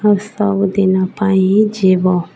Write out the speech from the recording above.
ଆଉ ସବୁଦିନ ପାଇଁ ହିଁ ଯିବ